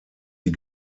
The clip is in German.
sie